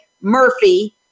Murphy